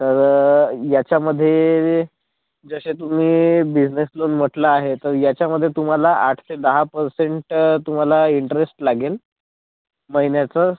तर याच्यामध्ये जसे तुम्ही बिजनेस लोन म्हटलं आहे तर याच्यामध्ये तुम्हाला आठ ते दहा परसेंट तुम्हाला इंटरेस्ट लागेल महिन्याचं